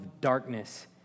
darkness